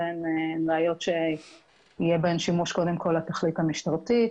הן ראיות שיהיה שבהן שימוש קודם כל לתכלית המשטרתית